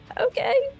Okay